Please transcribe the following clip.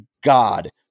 God